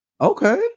Okay